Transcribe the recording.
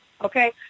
Okay